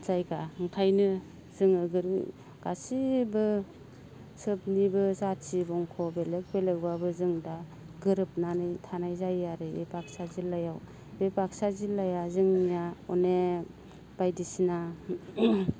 जायगा ओंखायनो जोङो गासैबो सोबनिबो जाथि बंख' बेलेग बेलेगब्लाबो जों दा गोरोबनानै थानाय जायो आरो इ बाक्सा जिल्लायाव बे बाक्सा जिल्लाया जोंनिया अनेख बायदिसिना